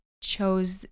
chose